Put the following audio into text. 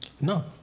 No